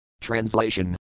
Translation